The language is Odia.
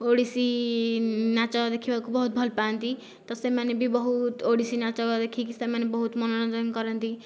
ଓଡ଼ିଶୀ ନାଚ ଦେଖିବାକୁ ବହୁତ ଭଲ ପାଆନ୍ତି ତ ସେମାନେ ବି ବହୁତ ଓଡ଼ିଶୀ ନାଚ ଦେଖିକି ସେମାନେ ବହୁତ ମନୋରଞ୍ଜନ କରନ୍ତି